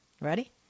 Ready